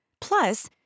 Plus